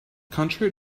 contrary